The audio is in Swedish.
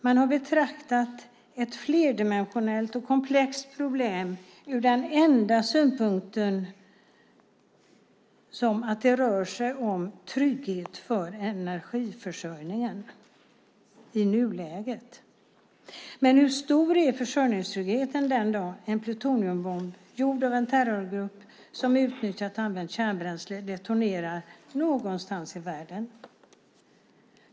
Man har betraktat ett flerdimensionellt och komplext problem ur den enda synpunkten att det rör sig om trygghet för energiförsörjningen i nuläget. Men hur stor är försörjningstryggheten den dagen en plutoniumbomb, gjord av en terrorgrupp som utnyttjat använt kärnbränsle, detonerar någonstans i världen?